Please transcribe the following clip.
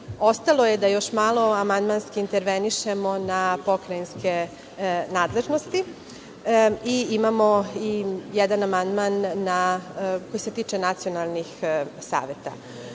Ostalo je da još malo amandmanski intervenišemo na pokrajinske nadležnosti. Imamo i jedan amandman koji se tiče nacionalnih saveta.